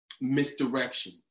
misdirection